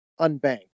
unbanked